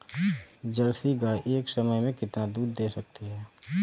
Jersey गाय एक समय में कितना दूध दे सकती है?